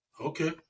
Okay